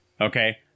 okay